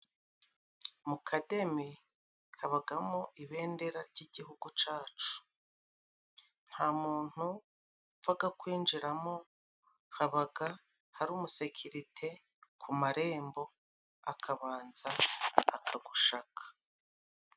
Mu kademi habagamo ibendera ry'igihugu cacu. Nta muntu upfaga kwinjiramo, habaga hari umusekirite ku marembo akabanza akagushaka.